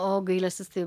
o gailestis tai